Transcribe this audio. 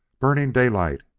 burning daylight,